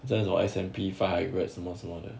再走 S&P five hundred 什么什么的